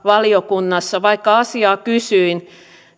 valiokunnassa vaikka asiaa kysyin